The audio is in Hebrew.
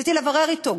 רציתי לברר אתו.